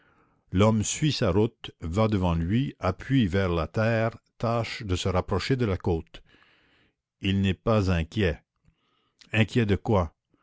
l'homme suit sa route va devant lui appuie vers la terre tâche de se rapprocher de la côte il n'est pas inquiet inquiet de quoi